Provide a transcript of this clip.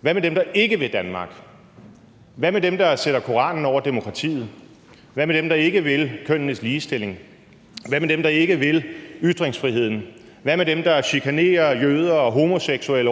hvad med dem, der ikke vil Danmark? Hvad med dem, der sætter Koranen over demokratiet? Hvad med dem, der ikke vil kønnenes ligestilling? Hvad med dem, der ikke vil ytringsfriheden? Hvad med dem, der chikanerer jøder og homoseksuelle